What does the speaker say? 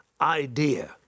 idea